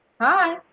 Hi